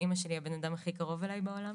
אמא שלי הבן אדם הכי קרוב אלי בעולם,